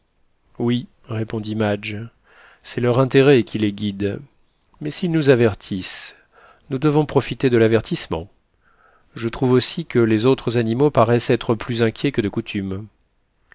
oui répondit madge c'est leur intérêt qui les guide mais s'ils nous avertissent nous devons profiter de l'avertissement je trouve aussi que les autres animaux paraissent être plus inquiets que de coutume